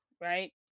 right